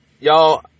Y'all